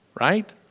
right